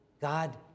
God